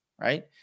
Right